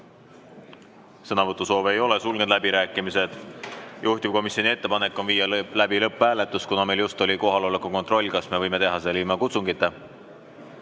Sõnavõtusoove ei ole, sulgen läbirääkimised. Juhtivkomisjoni ettepanek on viia läbi lõpphääletus. Kuna meil just oli kohaloleku kontroll, siis küsin, kas me võime teha selle ilma kutsungita.